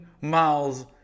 miles